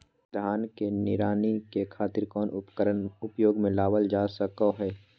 धान के निराई के खातिर कौन उपकरण उपयोग मे लावल जा सको हय?